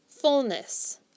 Fullness